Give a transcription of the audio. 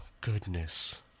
goodness